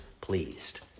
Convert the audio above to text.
pleased